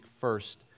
first